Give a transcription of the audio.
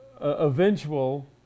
eventual